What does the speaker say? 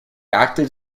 acted